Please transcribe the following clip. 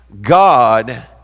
God